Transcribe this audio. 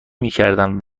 میکردم